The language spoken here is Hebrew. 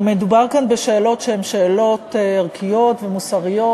מדובר כאן בשאלות שהן שאלות ערכיות ומוסריות,